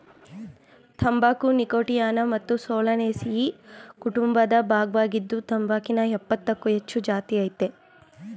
ತಂಬಾಕು ನೀಕೋಟಿಯಾನಾ ಮತ್ತು ಸೊಲನೇಸಿಯಿ ಕುಟುಂಬದ ಭಾಗ್ವಾಗಿದೆ ತಂಬಾಕಿನ ಯಪ್ಪತ್ತಕ್ಕೂ ಹೆಚ್ಚು ಜಾತಿಅಯ್ತೆ